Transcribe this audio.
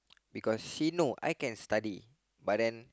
because she know I can study but then